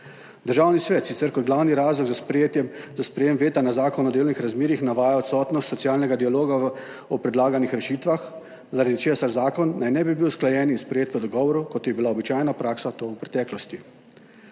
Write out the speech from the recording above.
Državni svet sicer kot glavni razlog za sprejem veta na Zakon o delovnih razmerjih navaja odsotnost socialnega dialoga o predlaganih rešitvah, zaradi česar zakon naj ne bi bil usklajen in sprejet v dogovoru, kot je bila običajna praksa v preteklosti.